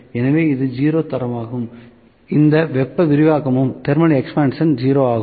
எனவே இது 0 தரமாகும் இதன் வெப்ப விரிவாக்கமும் 0 ஆகும்